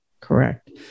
correct